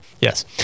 Yes